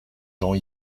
gens